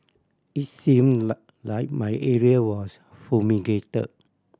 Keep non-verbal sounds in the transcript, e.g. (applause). it's seem (unintelligible) like my area was fumigate